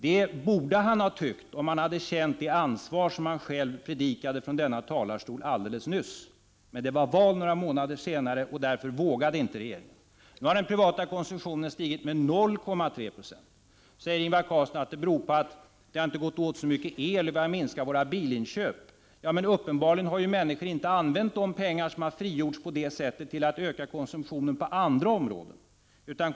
Det borde han ha tyckt, om han hade känt det ansvar som han själv predikade från denna talarstol alldeles nyss. Men det var val några månader senare, och därför vågade inte regeringen. Nu har den privata konsumtionen stigit med 0,3 26. Då säger Ingvar Carlsson att det beror på att det inte har gått åt så mycket el och att vi har minskat våra bilinköp. Ja, men uppenbarligen har människor inte använt de pengar som har frigjorts på det sättet till att öka konsumtionen på andra områden.